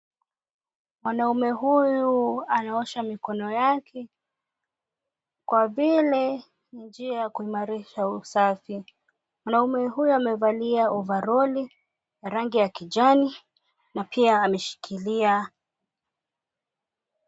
Mwanaume huyu anaosha mikono yake kwa vile ni njia ya kuimarisha usafi. Mwanaume huyu amevalia ovaroli ya rangi ya kijani.